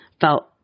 felt